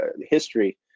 history